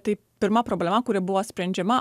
tai pirma problema kuri buvo sprendžiama